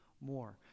more